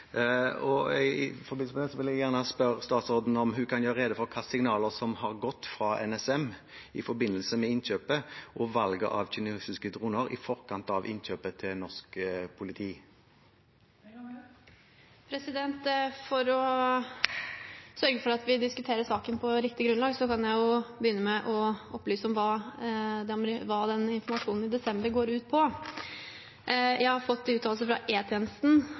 I forbindelse med det vil jeg gjerne spørre statsråden om hun kan gjøre rede for hvilke signaler som har gått fra NSM i forbindelse med innkjøpet og valget av kinesiske droner i forkant av innkjøpet til norsk politi. For å sørge for at vi diskuterer saken på riktig grunnlag, kan jeg jo begynne med å opplyse om hva den informasjonen i desember går ut på. Jeg har fått i uttalelse fra